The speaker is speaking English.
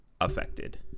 affected